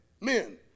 Men